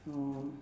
orh